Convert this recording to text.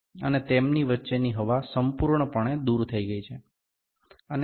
અને તેમની વચ્ચેની હવા સંપૂર્ણ પણે દૂર થઈ ગઈ છે